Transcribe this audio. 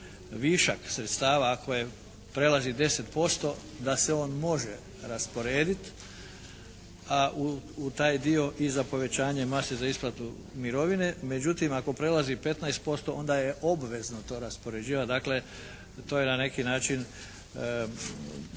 višak sredstava ako prelazi 10% da se on može rasporediti u taj dio i za povećanje mase za isplatu mirovine. Međutim, ako prelazi 15% onda je obvezno to raspoređivati. Dakle to je na neki način